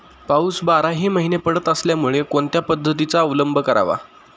पाऊस बाराही महिने पडत असल्यामुळे कोणत्या पद्धतीचा अवलंब करावा?